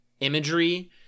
imagery